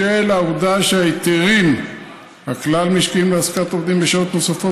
בשל העובדה שההיתרים הכלל-משקיים להעסקת עובדים בשעות נוספות,